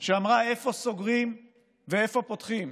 שאמרה איפה סוגרים ואיפה פותחים.